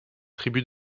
tribus